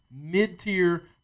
mid-tier